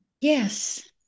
Yes